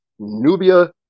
Nubia